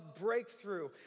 breakthrough